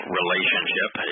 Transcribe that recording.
relationship